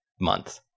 month